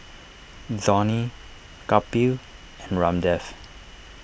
Dhoni Kapil and Ramdev